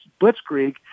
Blitzkrieg